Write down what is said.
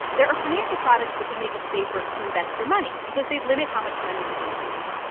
there are financial products that can make it safer to invest your money because they limit how much money you can lose.